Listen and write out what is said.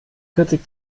vierzig